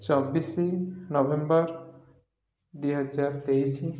ଚବିଶି ନଭେମ୍ବର ଦୁଇହଜାର ତେଇଶି